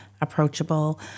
approachable